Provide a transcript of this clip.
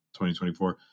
2024